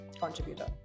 contributor